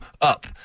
up